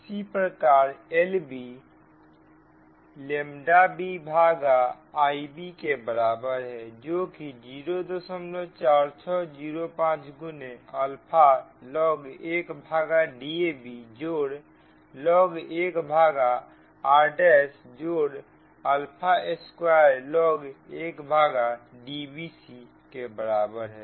इस प्रकार Lb bभागा Ibके बराबर है जोकि 04605 गुने अल्फा log 1 भागा Dabजोड़ log 1 भागा rजोड़ अल्फा स्क्वायर log 1 भागा Dbc के बराबर है